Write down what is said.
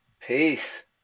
Peace